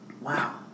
Wow